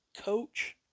Coach